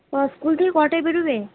school থেকে কটায় বেরোবে